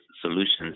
solutions